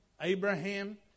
Abraham